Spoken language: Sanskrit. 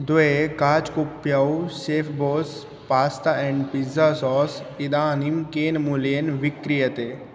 द्वे काच्कुप्यौ Chef Boss pasta and pizza sauce इदानीं केन मूल्येन विक्रियते